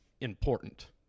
important